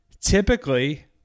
typically